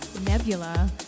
Nebula